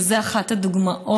וזו אחת הדוגמאות,